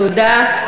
תודה.